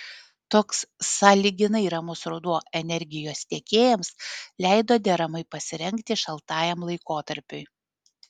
toks sąlyginai ramus ruduo energijos tiekėjams leido deramai pasirengti šaltajam laikotarpiui